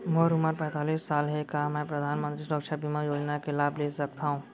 मोर उमर पैंतालीस साल हे का मैं परधानमंतरी सुरक्षा बीमा योजना के लाभ ले सकथव?